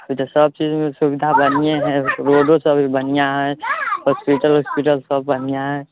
अभी तऽ सब चीजमे सुविधा बढ़िआँ हइ रोडोसब भी बढ़िआँ हइ हॉस्पिटल उस्पिटलसब बढ़िआँ हइ